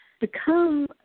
become